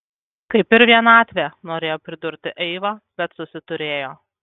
kaip ir vienatvė norėjo pridurti eiva bet susiturėjo